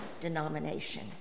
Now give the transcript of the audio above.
denomination